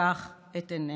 שתפקח את עיניה".